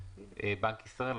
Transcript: בנק ישראל,